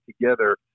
together